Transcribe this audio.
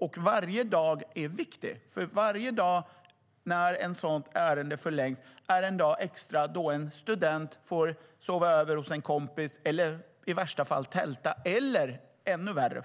Och varje dag är viktig, för varje dag som ett ärende förlängs är en dag extra då en student får sova över hos en kompis, kanske tälta eller, vilket är ännu värre,